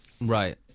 Right